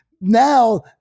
Now